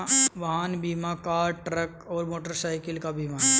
वाहन बीमा car, truck और मोटरसाइकिल का बीमा है